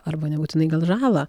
arba nebūtinai gal žalą